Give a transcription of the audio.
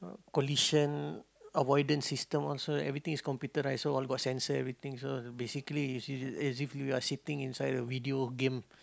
collision avoidance system also everything is computerized so all got sensor everything so basically you see as if you are sitting inside a video game